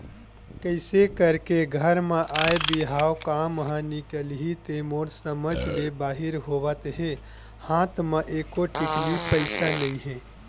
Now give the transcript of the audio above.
कइसे करके घर म आय बिहाव काम ह निकलही ते मोर समझ ले बाहिर होवत हे हात म एको टिकली पइसा नइ हे